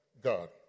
God